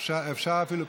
אפשר אפילו פחות.